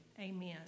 Amen